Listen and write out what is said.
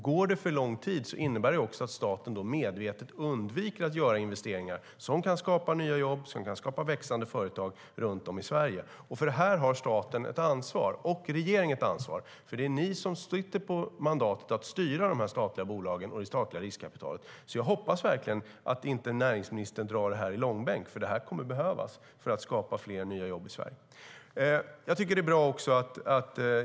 Går det för lång tid innebär det att staten medvetet undviker att göra investeringar som kan skapa nya jobb och växande företag runt om i Sverige. Här har staten och regeringen ett ansvar, för det är ni som sitter på mandatet att styra de statliga bolagen och det statliga riskkapitalet. Jag hoppas verkligen att näringsministern inte drar det här i långbänk, för det kommer att behövas för att fler nya jobb ska skapas i Sverige.